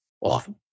often